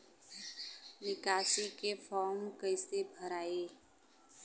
निकासी के फार्म कईसे भराई?